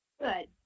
Good